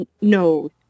no